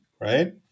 right